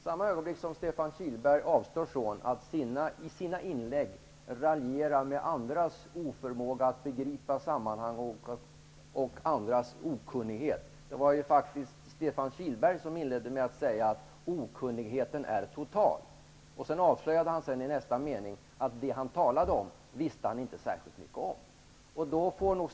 Herr talman! Stefan Kihlberg bör avstå från att i sina inlägg raljera med andras oförmåga och okunnighet att begripa sammanhang. Det var faktiskt Stefan Kihlberg som inledde med att säga att okunnigheten är total. I nästa mening avslöjade han att han inte visste särskilt mycket om det han talade om.